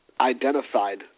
identified